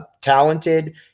talented